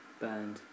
Band